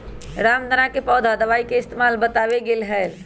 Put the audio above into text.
रामदाना के पौधा दवाई के इस्तेमाल बतावल गैले है